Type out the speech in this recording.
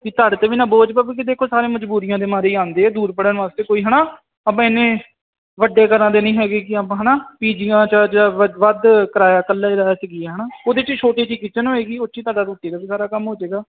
ਵੀ ਤੁਹਾਡੇ 'ਤੇ ਵੀ ਨਾ ਬੋਝ ਪਵੇ ਵੀ ਦੇਖੋ ਸਾਰੇ ਮਜਬੂਰੀਆਂ ਦੇ ਮਾਰੇ ਆਉਂਦੇ ਦੂਰ ਪੜ੍ਹਨ ਵਾਸਤੇ ਕੋਈ ਹੈ ਨਾ ਆਪਾਂ ਇੰਨੇ ਵੱਡੇ ਘਰਾਂ ਦੇ ਨਹੀਂ ਹੈਗੇ ਕਿ ਆਪਾਂ ਹੈ ਨਾ ਪੀਜੀਆਂ 'ਚ ਵ ਵੱਧ ਕਰਾਇਆ ਇਕੱਲੇ ਦਾ ਸੀਗੀਆਂ ਹੈ ਨਾ ਉਹਦੇ 'ਚ ਛੋਟੀ ਜਿਹੀ ਕਿਚਨ ਹੋਏਗੀ ਉਹ 'ਚ ਤੁਹਾਡਾ ਰੋਟੀ ਦਾ ਵੀ ਸਾਰਾ ਕੰਮ ਹੋ ਜਾਏਗਾ